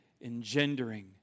engendering